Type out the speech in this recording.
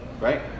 right